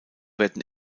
werden